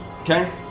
Okay